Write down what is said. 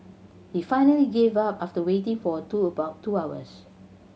he finally gave up after waiting for two about two hours